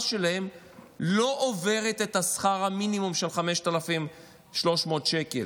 שלהם לא עובר את שכר המינימום של 5,300 שקל.